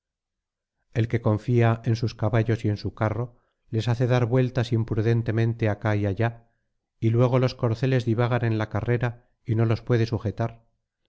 el que confía en sus caballos y en su carro les hace dar vueltas imprudentemente acá y allá y luego los corceles divagan en la carrera y no los puede sujetar